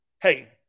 hey